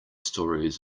stories